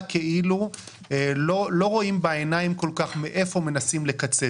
כאילו לא רואים בעיניים מהיכן מנסים לקצץ.